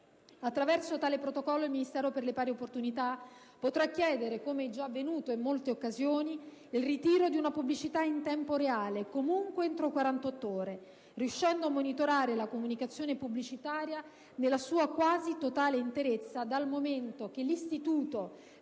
Attraverso tale protocollo, il Ministero per le pari opportunità potrà chiedere, come già avvenuto in molte occasioni, il ritiro di una pubblicità in tempo reale, comunque entro 48 ore, riuscendo a monitorare la comunicazione pubblicitaria nella sua quasi totale interezza, dal momento che l'Istituto